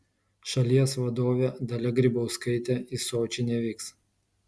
šalies vadovė dalia grybauskaitė į sočį nevyks